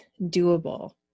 doable